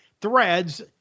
Threads